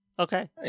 Okay